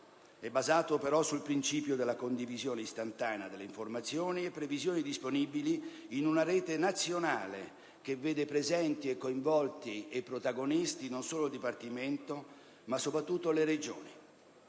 è basato però sul principio della condivisione istantanea delle informazioni e previsioni disponibili in una rete nazionale che vede presenti, coinvolti e protagonisti non solo il Dipartimento, ma soprattutto le Regioni.